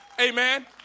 amen